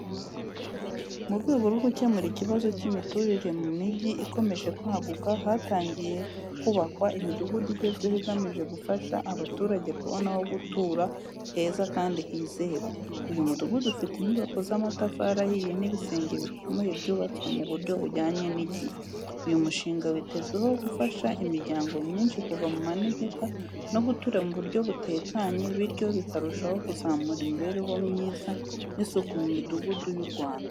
Mu rwego rwo gukemura ikibazo cy’imiturire mu mijyi ikomeje kwaguka, hatangiye kubakwa imidugudu igezweho igamije gufasha abaturage kubona aho gutura heza kandi hizewe. Uyu mudugudu ufite inyubako z’amatafari ahiye n’ibisenge bikomeye byubatswe mu buryo bujyanye n’igihe. Uyu mushinga witezweho gufasha imiryango myinshi kuva mu manegeka no gutura mu buryo butekanye, bityo bikarushaho kuzamura imibereho myiza n’isuku mu midugudu y’u Rwanda.